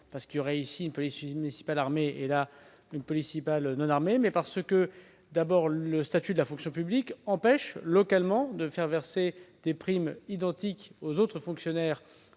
parce qu'il y aurait ici une police municipale armée et là une police municipale non armée, mais d'abord parce que le statut de la fonction publique empêche localement de verser des primes identiques aux autres fonctionnaires